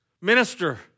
Minister